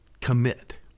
commit